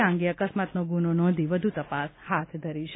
આ અંગે અકસ્માતનો ગુનો નોંધી વ્ધુ તપાસ હાથ ધરી છે